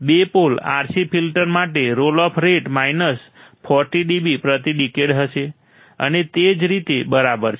બે pole RC filter માટે roll off rate minus 40 dB પ્રતિ ડિકેડ હશે અને તે જ રીતે બરાબર છે